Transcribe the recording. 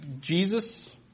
Jesus